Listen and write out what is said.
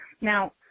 now